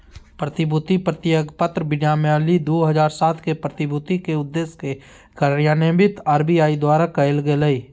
प्रतिभूति प्रतिज्ञापत्र विनियमावली दू हज़ार सात के, प्रतिभूति के उद्देश्य के कार्यान्वित आर.बी.आई द्वारा कायल गेलय